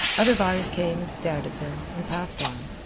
other buyers came and stared at them, and passed on.